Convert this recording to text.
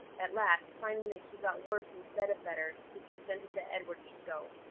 at last, finding that he got worse instead of better, he consented that edward should go.